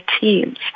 teams